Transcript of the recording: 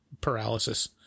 paralysis